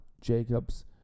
Jacobs